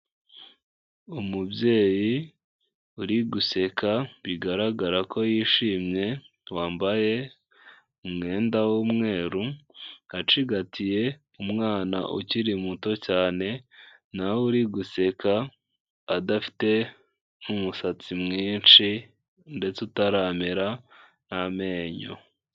Umubyeyi uri guseka, bigaragara ko yishimye, wambaye umwenda w'umweru, acigatiye umwana ukiri muto cyane na we uri guseka, adafite umusatsi mwinshi ndetse utaramera n'amenyo.